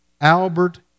Albert